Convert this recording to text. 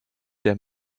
their